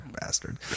bastard